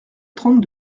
trente